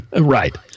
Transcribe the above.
Right